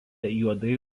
juodai